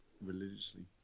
religiously